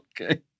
Okay